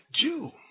Jew